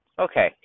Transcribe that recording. Okay